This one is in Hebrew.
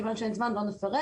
מכיוון שאין זמן, לא נפרט.